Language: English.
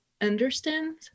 understand